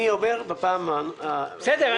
אני אומר בפעם המאה -- בסדר.